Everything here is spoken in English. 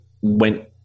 went